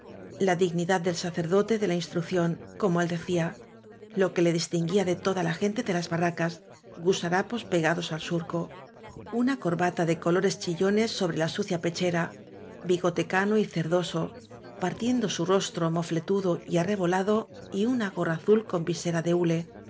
la dignidad del sacerdote de la ins trucción como él decía lo que ledistinguía de toda la gente de las barracas gusarapos pegados al surco una corbata de colores chillonessobre la sucia pechera bigote cano y cerdosopartiendo su rostro mofletudo y arrebolado y una gorra azul con visera de hule